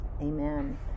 Amen